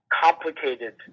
complicated